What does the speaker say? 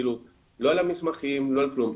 כאילו, לא מענה על המסמכים ולא על כלום.